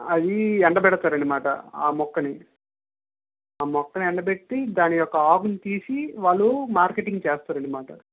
అవి ఎండపెడతారన్నమాట ఆ మొక్కని ఆ మొక్కని ఎండపెట్టి దాని యొక్క ఆకుని తీసి వాళ్ళు మార్కెటింగ్ చేస్తారన్నమాట